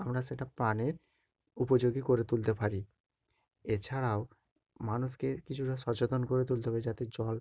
আমরা সেটা পানের উপযোগী করে তুলতে পারি এছাড়াও মানুষকে কিছুটা সচেতন করে তুলতে পারি যাতে জল